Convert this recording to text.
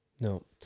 no